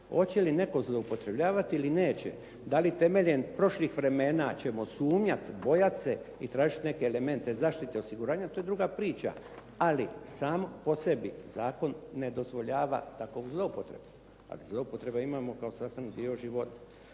Hoće li netko zloupotrebljavati ili neće, dali temeljem prošlih vremena ćemo sumnjati, bojati se i tražiti neke elemente zaštite osiguranja, to je druga priča. Ali sam po sebi zakon ne dozvoljava takovu zloupotrebu, ali zloupotreba imamo kao sastavni dio života.